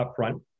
upfront